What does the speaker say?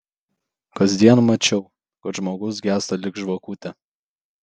kasdien mačiau kad žmogus gęsta lyg žvakutė